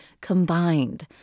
combined